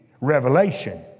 revelation